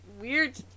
weird